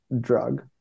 drug